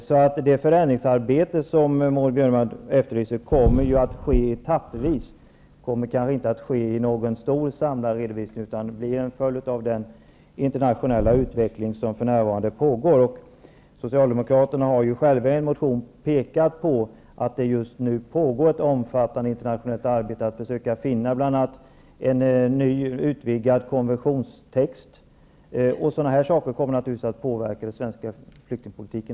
Så det förändringsarbete som Maud Björnemalm efterlyser kommer ju att ske etappvis. Det blir kanske inte någon stor, samlad redovisning. Det hela blir en följd av den internationella utveckling som för närvarande pågår. Socialdemokraterna har ju själva i en motion pekat på att det just nu pågår ett omfattande internationellt arbete för att bl.a. finna en ny och utvidgad konventionstext. Sådana här saker kommer naturligtvis att påverka även den svenska flyktingpolitiken.